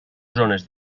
zones